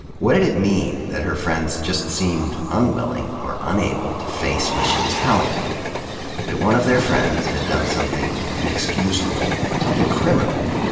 what did it mean that her friends just seemed unwilling or unable to face what she was telling them that one of their friends had done something inexcusable, something criminal,